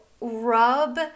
rub